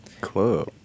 club